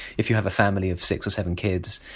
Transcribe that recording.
if you have a family of six or seven kids.